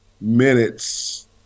minutes